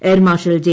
air marshal J